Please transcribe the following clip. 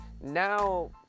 Now